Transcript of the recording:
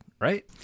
right